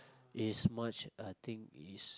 is much a thing is